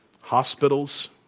hospitals